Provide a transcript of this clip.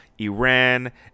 Iran